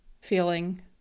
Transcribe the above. feeling